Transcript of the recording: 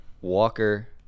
Walker